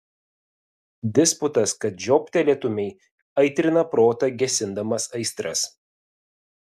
disputas kad žioptelėtumei aitrina protą gesindamas aistras